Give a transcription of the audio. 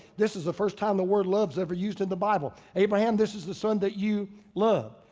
this is the first time the word love is ever used in the bible. abraham, this is the son that you love.